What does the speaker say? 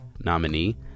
nominee